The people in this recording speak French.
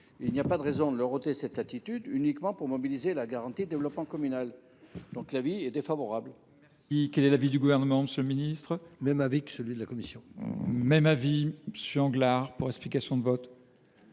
il n’y a pas de raison de leur ôter cette latitude, uniquement pour mobiliser la garantie de développement communal. L’avis de